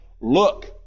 Look